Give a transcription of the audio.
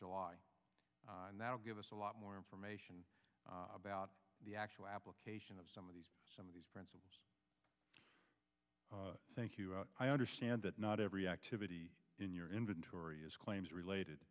july and that will give us a lot more information about the actual application of some of these some of these principles thank you i understand that not every activity in your inventory is claims related